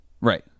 right